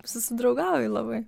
susidraugauji labai